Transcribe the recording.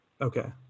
Okay